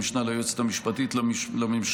המשנה ליועצת המשפטית לממשלה,